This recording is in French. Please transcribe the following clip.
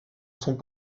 sont